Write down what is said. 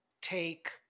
take